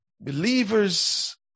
Believers